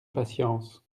patience